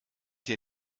hier